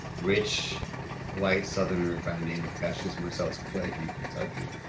rich white southerner by the name of cassius marcellus clay from kentucky